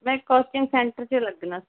ਮੈਂ coaching centre 'ਚ ਲੱਗਣਾ